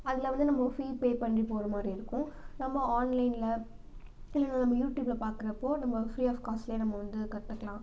அதில் வந்து நம்ம ஃபீ பே பண்ணி போகிற மாதிரி இருக்கும் நம்ம ஆன்லைனில் நம்ம யூடியூபில் பாக்கிறப்போ நம்ம ஃப்ரீ ஆஃப் காஸ்ட்லேயே நம்ம வந்து கத்துக்கலாம்